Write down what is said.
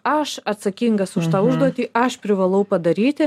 aš atsakingas už tą užduotį aš privalau padaryti